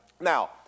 Now